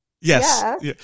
Yes